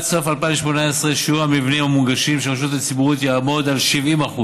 עד סוף 2018 שיעור המבנים המונגשים של רשות ציבורית יעמוד על 70%;